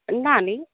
ना नी